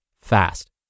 fast